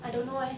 I don't know eh